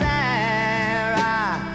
Sarah